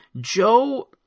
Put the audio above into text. Joe